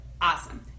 Awesome